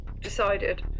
Decided